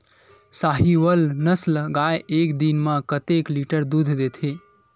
साहीवल नस्ल गाय एक दिन म कतेक लीटर दूध देथे?